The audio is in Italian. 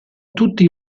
tutti